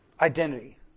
identity